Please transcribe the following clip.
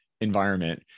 environment